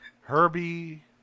Herbie